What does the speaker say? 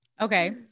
Okay